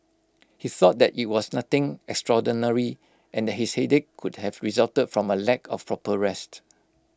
he thought that IT was nothing extraordinary and his headache could have resulted from A lack of proper rest